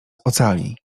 ocali